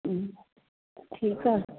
हम्म ठीकु आहे